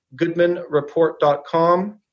goodmanreport.com